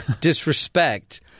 disrespect-